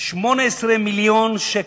18 מיליון שקל.